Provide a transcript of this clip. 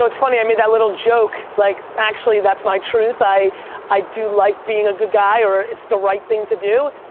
it's funny i made that little joke like actually that's my truth. i i do like being a good guy or it's the right thing to do.